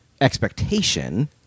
expectation